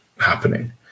happening